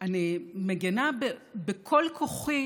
אני מגינה בכל כוחי